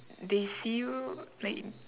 they see you like